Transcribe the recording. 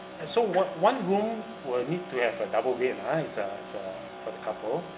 and so one one room will need to have a double bed lah ha it's a it's a for the couple